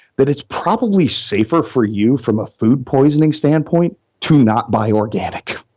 that it's probably safer for you from a food poisoning standpoint to not buy organic.